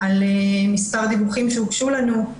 על מספר דיווחים שהוגשו לנו.